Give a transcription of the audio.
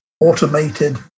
automated